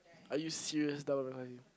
are you serious double